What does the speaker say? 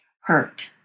hurt